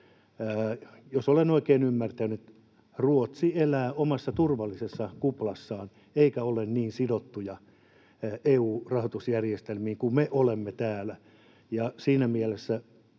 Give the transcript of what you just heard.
Jos olen oikein ymmärtänyt, Ruotsi elää omassa turvallisessa kuplassaan eikä ole niin sidottu EU-rahoitusjärjestelmiin kuin me olemme täällä, ja siinä mielessä